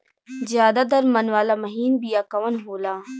ज्यादा दर मन वाला महीन बिया कवन होला?